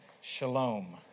Shalom